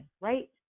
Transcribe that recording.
right